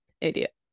idiot